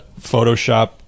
photoshop